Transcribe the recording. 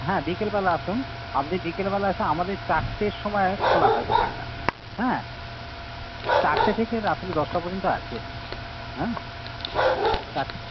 হ্যাঁ বিকেলবেলা আসুন আপনি বিকেলবেলা আসুন আমাদের চারটের সমায় খোলা হয় দোকানটা হ্যাঁ চারটে থেকে রাত্রি দশটা পর্যন্ত আছি আমি হ্যাঁ চারটে